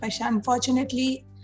Unfortunately